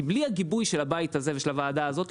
כי בלי הגיבוי של הבית הזה ושל הוועדה הזאת,